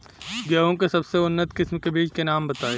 गेहूं के सबसे उन्नत किस्म के बिज के नाम बताई?